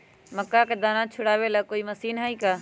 मक्का के दाना छुराबे ला कोई मशीन हई का?